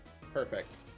Perfect